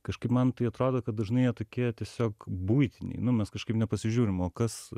kažkaip man tai atrodo kad dažnai jie tokie tiesiog buitiniai nu mes kažkaip nepasižiurim o kas